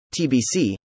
TBC